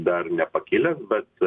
dar nepakilęs bet